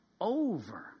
over